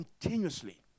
continuously